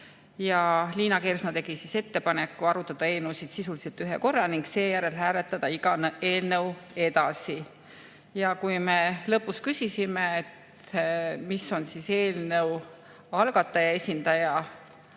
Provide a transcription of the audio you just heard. ja Liina Kersna tegi ettepaneku arutada eelnõusid sisuliselt ühe korra ning seejärel hääletada iga eelnõu eraldi. Ja kui me lõpus küsisime, mis on eelnõu algataja esindaja